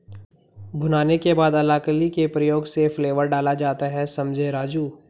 भुनाने के बाद अलाकली के प्रयोग से फ्लेवर डाला जाता हैं समझें राजु